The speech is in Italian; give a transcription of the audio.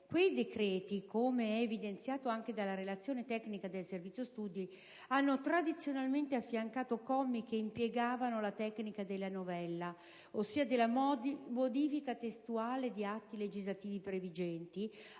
Quei decreti, come è evidenziato anche dalla relazione tecnica del Servizio studi, hanno tradizionalmente affiancato commi che impiegavano la tecnica della novella (ossia della modifica testuale di atti legislativi previgenti)